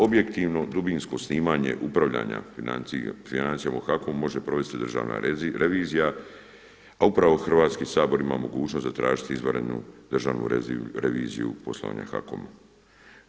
Objektivno dubinsko snimanje upravljanja financijama u HAKOM-u može provesti državna revizija a upravo Hrvatski sabor ima mogućnost zatražiti izvanrednu državnu reviziju poslovanja HAKOM-a.